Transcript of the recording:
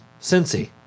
Cincy